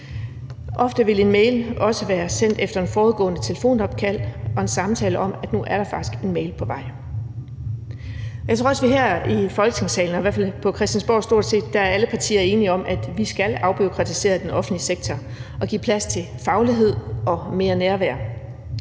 Ofte vil en mail også være sendt efter et forudgående telefonopkald og en samtale om, at der nu er en mail på vej. Jeg tror også, at vi her i Folketingssalen og stort set alle partier på Christiansborg er enige om, at vi skal have afbureaukratiseret den offentlige sektor og give plads til faglighed og mere nærvær.